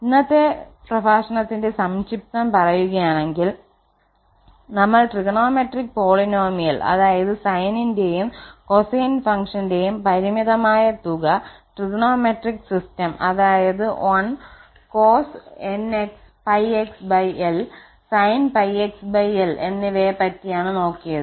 ഇന്നത്തെ പ്രഭാഷണത്തിന്റെ സംക്ഷിപ്തം പറയുകയാണെങ്കിൽനമ്മൾ ട്രിഗണോമെട്രിക് പോളിനോമിയൽ അതായത് സൈനിന്റെയും കോസൈൻ ഫങ്ക്ഷന്റെയും പരിമിതമായ തുക ട്രിഗണോമെട്രിക് സിസ്റ്റം അതായത് 1cos𝜋xl sin𝜋xlഎന്നിവയെ പറ്റിയാണ് നോക്കിയത്